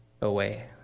away